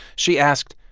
she asked,